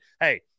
hey